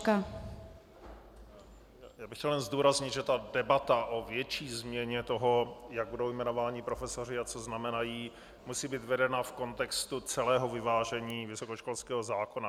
Já bych chtěl jen zdůraznit, že debata o větší změně toho, jak budou jmenováni profesoři a co znamenají, musí být vedena v kontextu celého vyvážení vysokoškolského zákona.